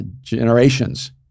generations